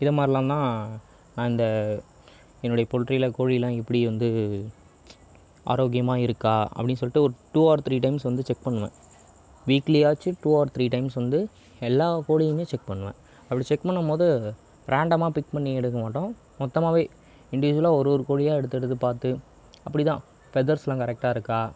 இது மாதிரிலாம்தான் நான் இந்த என்னுடைய போல்ட்ரியில் கோழியெலாம் எப்படி வந்து ஆரோக்கியமாக இருக்கா அப்படின்னு சொல்லிகிட்டு ஒரு டூ ஆர் த்ரீ டைம்ஸ் வந்து செக் பண்ணுவேன் வீக்லியாச்சும் டூ ஆர் த்ரீ டைம்ஸ் வந்து எல்லா கோழியுமே செக் பண்ணுவேன் அப்படி செக் பண்ணும்போது ராண்டமாக பிக் பண்ணி எடுக்க மாட்டோம் மொத்தமாகவே இன்டிவிஜுவல்லாக ஒரு ஒரு கோழியாக எடுத்து எடுத்து பார்த்து அப்படிதான் ஃபெதெர்ஸெலாம் கரெக்ட்டாக இருக்கா